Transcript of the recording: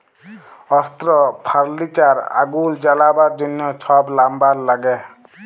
অস্ত্র, ফার্লিচার, আগুল জ্বালাবার জ্যনহ ছব লাম্বার ল্যাগে